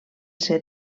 ser